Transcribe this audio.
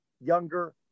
younger